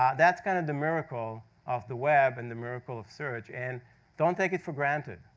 um that's kind of the miracle of the web and the miracle of search, and don't take it for granted.